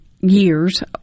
years